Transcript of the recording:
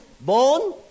Born